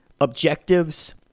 objectives